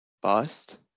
Bust